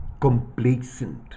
complacent